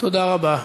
תודה רבה.